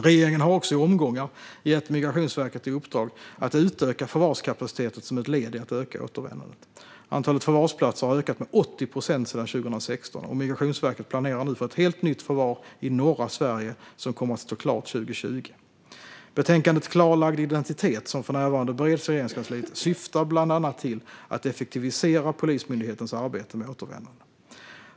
Regeringen har också i omgångar gett Migrationsverket i uppdrag att utöka förvarskapaciteten som ett led i att öka återvändandet. Antalet förvarsplatser har ökat med 80 procent sedan 2016, och Migrationsverket planerar nu för ett helt nytt förvar i norra Sverige som kommer att stå klart 2020. Betänkandet Klarlagd identitet , som för närvarande bereds i Regeringskansliet, syftar bland annat till att effektivisera Polismyndighetens arbete med återvändande.